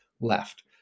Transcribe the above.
left